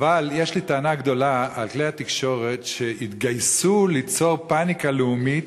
אבל יש לי טענה גדולה על כלי התקשורת שהתגייסו ליצור פניקה לאומית,